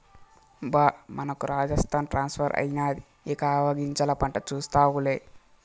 బా మనకు రాజస్థాన్ ట్రాన్స్ఫర్ అయినాది ఇక ఆవాగింజల పంట చూస్తావులే